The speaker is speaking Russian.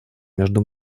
между